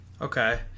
Okay